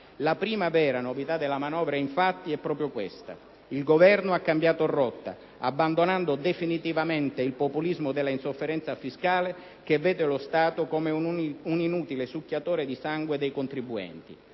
La prima vera novità della manovra, infatti, è proprio questa. Il Governo ha cambiato rotta, abbandonando definitivamente il populismo dell'insofferenza fiscale che vede lo Stato come un inutile succhiatore di sangue dei contribuenti.